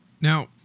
now